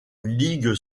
league